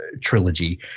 trilogy